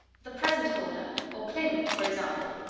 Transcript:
the present holder, or claimant, for example?